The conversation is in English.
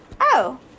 Oh